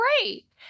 great